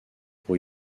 pour